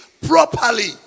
properly